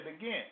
again